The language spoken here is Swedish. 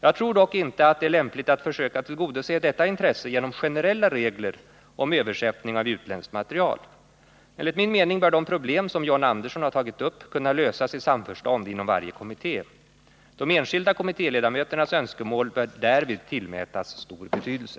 Jag tror dock inte att det är lämpligt att försöka tillgodose detta intresse genom generella regler om översättning av utländskt material. Enligt min mening bör de problem som John Andersson har tagit upp kunna lösas i samförstånd inom varje kommitté. De enskilda kommittéledamöternas önskemål bör därvid tillmätas stor betydelse.